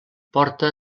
porta